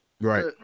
right